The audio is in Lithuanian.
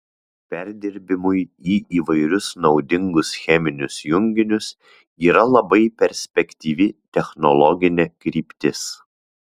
perdirbimui į įvairius naudingus cheminius junginius yra labai perspektyvi technologinė kryptis